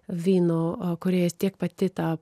vyno kūrėjais tiek pati ta